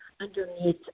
underneath